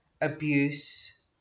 abuse